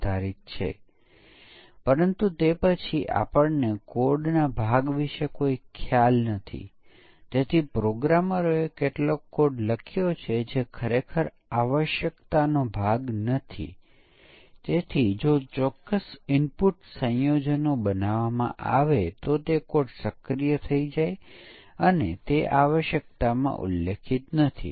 ઉચ્ચ સ્તરીય ડિઝાઇન અથવા વિગતવાર ડિઝાઇન માફ કરશો વિગતવાર ડિઝાઇનમાં આ યુનિટ માટે સ્પષ્ટીકરણ હશે